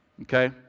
okay